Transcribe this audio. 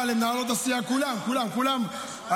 תודה רבה למנהלות הסיעה, כולם, כולם.